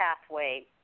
pathway